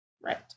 Right